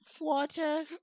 Water